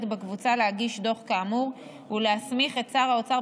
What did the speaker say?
בקבוצה להגיש דוח כאמור ולהסמיך את שר האוצר,